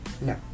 No